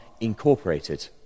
incorporated